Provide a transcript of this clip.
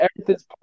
Everything's